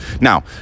Now